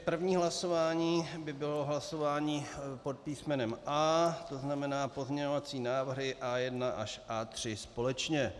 První hlasování by bylo hlasování pod písmenem A, tzn., pozměňovací návrhy A1 až A3 společně.